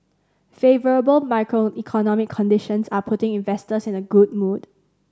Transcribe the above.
favourable macroeconomic conditions are putting investors in a good mood